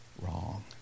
wrong